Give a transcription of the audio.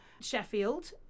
Sheffield